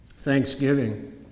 Thanksgiving